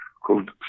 called